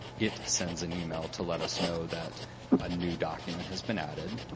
it sends an email to let us know that a new document has been added.